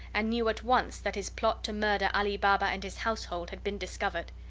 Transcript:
and knew at once that his plot to murder ali baba and his household had been discovered.